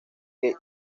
que